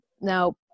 Now